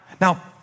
Now